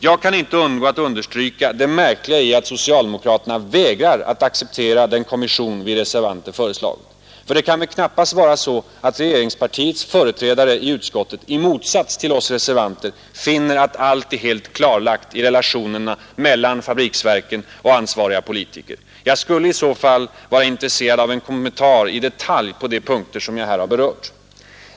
Jag kan inte undgå att understryka det märkliga i att socialdemokraterna vägrar att acceptera den utredning vi reservanter föreslagit. För det kan väl knappast vara så att regeringspartiets företrädare i utskottet — i motsats till oss reservanter — finner att allt är helt klarlagt i relationerna mellan fabriksverken och ansvariga politiker. Jag skulle i så fall vara intresserad av en kommentar på de punkter som jag här har berört.